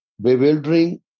bewildering